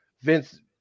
Vince